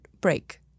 break